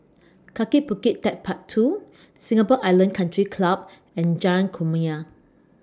Kaki Bukit Techpark two Singapore Island Country Club and Jalan Kumia